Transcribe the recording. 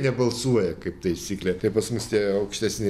nebalsuoja kaip taisyklė tai pas mus tie aukštesni